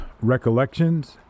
recollections